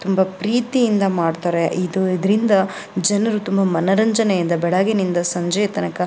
ತುಂಬ ಪ್ರೀತಿಯಿಂದ ಮಾಡ್ತಾರೆ ಇದು ಇದರಿಂದ ಜನರು ತುಂಬ ಮನರಂಜನೆಯಿಂದ ಬೆಳಗಿನಿಂದ ಸಂಜೆಯ ತನಕ